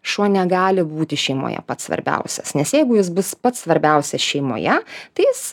šuo negali būti šeimoje pats svarbiausias nes jeigu jis bus pats svarbiausias šeimoje tai jis